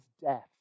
death